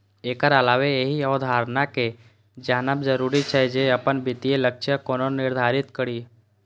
एकर अलावे एहि अवधारणा कें जानब जरूरी छै, जे अपन वित्तीय लक्ष्य कोना निर्धारित करी